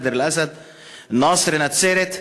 דיר-אל-אסד ונצרת.